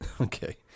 Okay